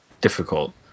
difficult